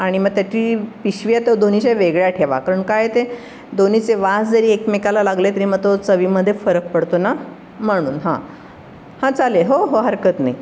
आणि मग त्याची पिशवी आहे तर दोन्हीच्या वेगळ्या ठेवा कारण काय आहे ते दोन्हीचे वास जरी एकमेकाला लागले तरी मग तो चवीमध्ये फरक पडतो ना म्हणून हां हां चालेल हो हो हरकत नाही